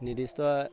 নিৰ্দিষ্ট